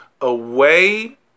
away